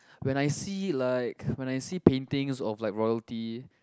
when I see like when I see paintings of like royalty